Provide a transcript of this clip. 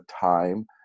time